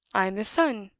i am his son.